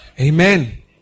Amen